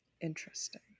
Interesting